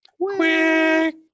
quick